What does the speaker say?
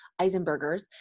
Eisenbergers